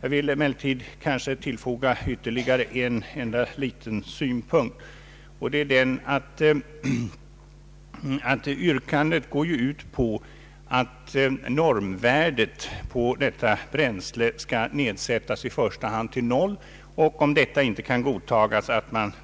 Jag vill tillägga ytterligare en liten synpunkt, nämligen att yrkandet går ut på att normvärdet på detta bränsle skall nedsättas i första hand till noll och att man, om detta inte godtages,